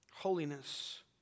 holiness